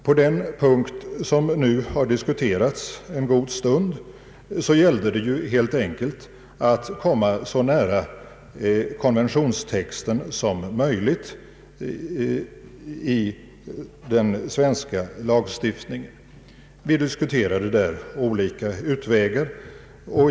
På den punkt som nu har diskuterats en god stund gällde det helt enkelt att i den svenska lagstiftningen komma så nära konventionstexten som möjligt. Vi diskuterade olika utvägar.